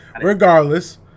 regardless